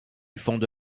fonde